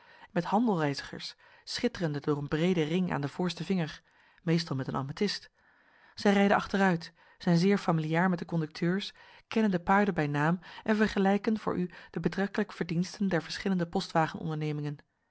met handelreizigers schitterende door een breeden ring aan den voorsten vinger meestal met een amethist zij rijden achteruit zijn zeer familiaar met de conducteurs kennen de paarden bij naam en vergelijken voor u de betrekkelijke verdiensten der verschillende postwagenondernemingen